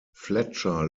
fletcher